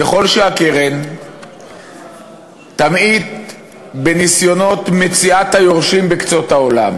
ככל שהקרן תמעיט בניסיונות מציאת היורשים בקצות העולם